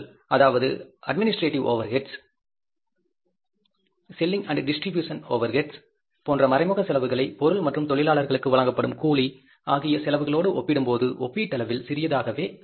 அதாவது administrative overheads செலவுகள் selling and distribution expenses போன்ற மறைமுக செலவுகளை பொருள் மற்றும் தொழிலாளர்களுக்கு வழங்கப்படும் கூலி ஆகிய செலவுகளோடு ஒப்பிடும்போது ஒப்பீட்டளவில் சிறியதாகவே உள்ளது